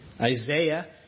Isaiah